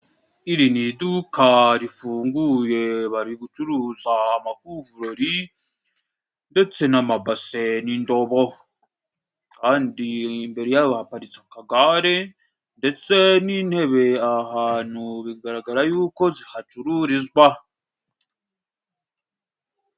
Iri ni iduka rifunguye， bari gucuruza amakuvurori ndetse n’amabase n'indobo，kandi imbere yaho bahaparitse akagare ndetse n'intebe， aha hantu bigaragara y’uko zihacururizwa.